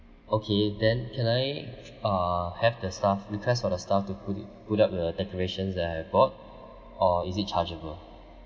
okay then can I uh have the staff request for the staff to put it put up the decorations that I've bought or is it chargeable